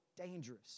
dangerous